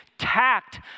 tact